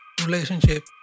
relationship